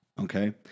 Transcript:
Okay